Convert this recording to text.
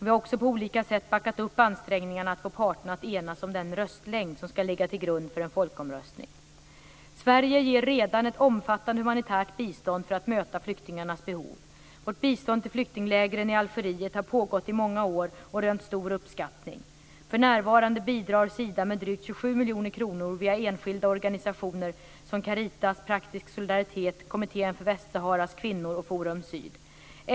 Vi har också på olika sätt backat upp ansträngningarna att få parterna att enas om den röstlängd som ska ligga till grund för en folkomröstning. Sverige ger redan ett omfattande humanitärt bistånd för att möta flyktingarnas behov. Vårt bistånd till flyktinglägren i Algeriet har pågått i många år och rönt stor uppskattning. För närvarande bidrar Sida med drygt 27 miljoner kronor via enskilda organisationer som Caritas, Praktisk solidaritet, Kommittén för Västsaharas kvinnor och Forum Syd.